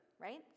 right